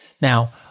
Now